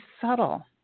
subtle